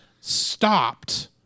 stopped